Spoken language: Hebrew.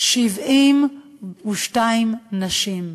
72 נשים.